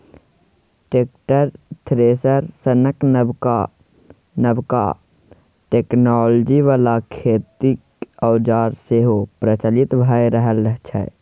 tractor, thresher सनक नबका नबका टेक्नोलॉजी बला खेतीक औजार सेहो प्रचलित भए रहल छै